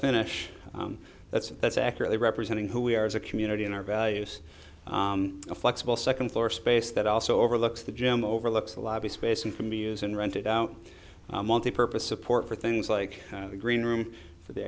finish that's that's accurately representing who we are as a community and our values a flexible second floor space that also overlooks the gym overlooks the lobby space and for me use in rented out multi purpose support for things like the green room for the